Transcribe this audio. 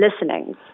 listening